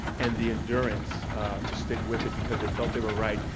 and the endurance to stick with it because they felt they were right,